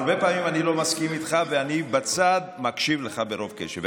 הרבה פעמים אני לא מסכים איתך ואני בצד מקשיב לך ברוב קשב.